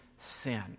sin